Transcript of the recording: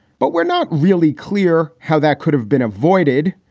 but we're not really clear how that could have been avoided.